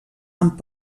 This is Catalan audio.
amb